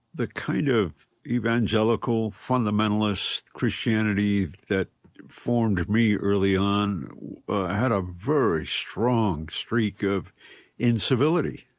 the kind of evangelical fundamentalist christianity that formed me early on had a very strong streak of incivility.